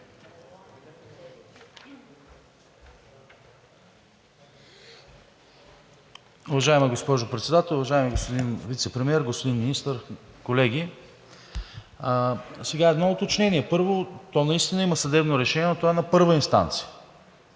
Уважаема госпожо Председател, уважаеми господин Вицепремиер, господин Министър, колеги! Едно уточнение. Първо, наистина има съдебно решение, но то е на първа инстанция.